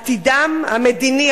עתידם המדיני,